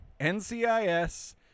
NCIS